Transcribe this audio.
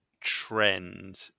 trend